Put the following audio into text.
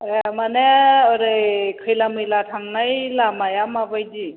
ए मानि ओरै खैला मैला थांनाय लामाया माबायदि